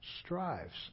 strives